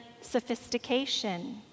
sophistication